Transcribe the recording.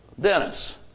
Dennis